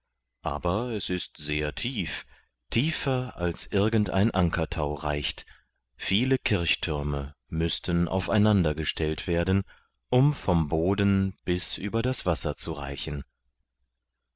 aber es ist sehr tief tiefer als irgend ein ankertau reicht viele kirchtürme müßten auf einander gestellt werden um vom boden bis über das wasser zu reichen